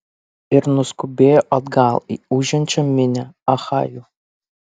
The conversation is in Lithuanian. ir nuskubėjo atgal į ūžiančią minią achajų